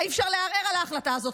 אי-אפשר לערער על ההחלטה הזו.